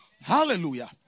Hallelujah